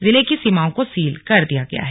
जिले की सीमाओं को सील कर दिया गया है